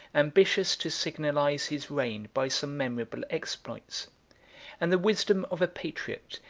ambitious to signalize his reign by some memorable exploits and the wisdom of a patriot,